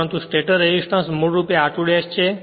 પરંતુ stator resistance મૂળ રૂપે r2 ' છે